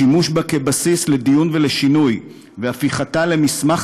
השימוש בה כבסיס לדיון ולשינוי והפיכתה למסמך